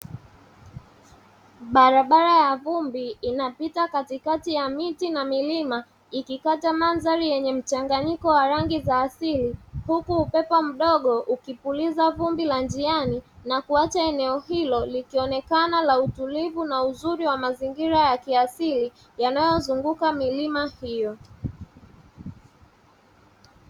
Barabara ya vumbi inapita katikati ya miti na milima, ikikata mandhari yenye mchanganyiko wa rangi za asili, huku upepo mdogo ukipuliza vumbi la njiani na kuacha eneo hilo likionekana la utulivu, uzuri wa mazingira ya kiasili yanayozunguka milima hiyo.